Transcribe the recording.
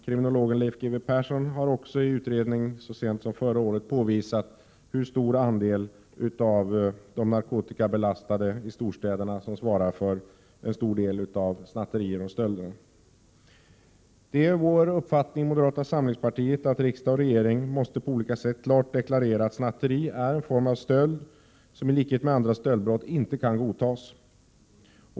Kriminologen Leif G. W. Persson har i en utredning så sent som förra året påvisat att narkotikabelastade i storstäderna svarar för en stor del av snatterierna och stölderna. Det är vår uppfattning i moderata samlingspartiet att riksdag och regering måste på olika sätt klart deklarera att snatteri är en form av stöld som i likhet med andra stöldbrott inte kan godtas.